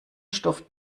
stoff